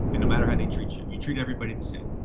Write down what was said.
and no matter how they treat you. you treat everybody the same.